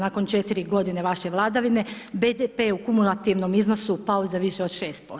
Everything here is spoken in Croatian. Nakon četiri godine vaše vladavine BDP je u kumulativnom iznosu pao za više od 6%